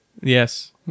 Yes